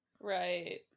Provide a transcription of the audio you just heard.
right